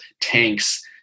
tanks